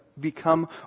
become